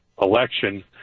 election